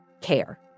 Care